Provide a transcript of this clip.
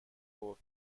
برد